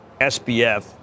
SBF